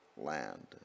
land